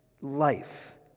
life